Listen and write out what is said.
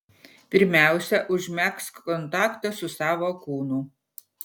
pirmiausia užmegzk kontaktą su savo kūnu